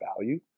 value